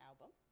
album